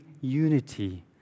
unity